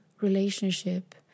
relationship